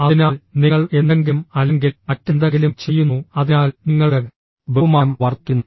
അതിനാൽ നിങ്ങൾ എന്തെങ്കിലും അല്ലെങ്കിൽ മറ്റെന്തെങ്കിലും ചെയ്യുന്നു അതിനാൽ നിങ്ങളുടെ ബഹുമാനം വർദ്ധിക്കുന്നു